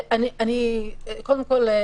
קודם כול,